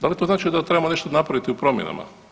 Da li to znači da trebamo nešto napraviti u promjenama?